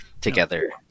together